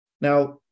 now